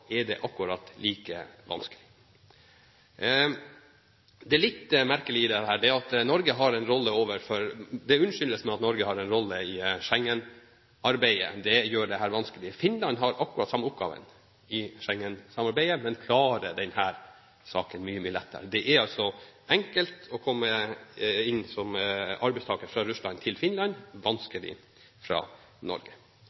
er det akkurat like vanskelig. Det litt merkelige i dette er at det unnskyldes med at Norge har en rolle i Schengen-samarbeidet. Det gjør dette vanskelig. Finland har akkurat den samme oppgaven i Schengen-samarbeidet, men de klarer denne saken mye, mye bedre. Det er altså enkelt å komme inn som arbeidstaker fra Russland til Finland,